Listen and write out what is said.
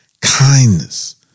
kindness